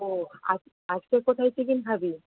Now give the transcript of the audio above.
ও আজ আজকে কোথায় টিফিন খাবি